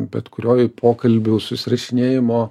bet kurioj pokalbių susirašinėjimo